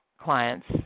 clients